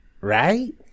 right